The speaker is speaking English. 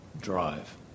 drive